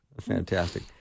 fantastic